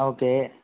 okay